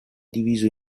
diviso